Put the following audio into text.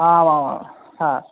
आमामां हा